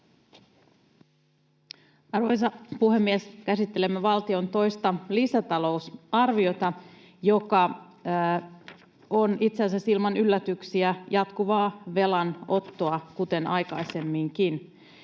Arvoisa puhemies! Käsittelemme valtion toista lisätalousarviota, joka on itse asiassa ilman yllätyksiä jatkuvaa velanottoa, kuten aikaisemminkin.